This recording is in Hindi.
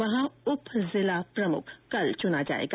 वहां उप जिला प्रमुख कल चुना जाएगा